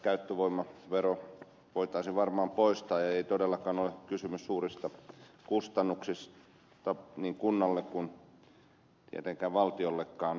kirjastoautoista käyttövoimavero voitaisiin varmaan poistaa ja ei todellakaan ole kysymys suurista kustannuksista niin kunnalle kuin etenkään valtiollekaan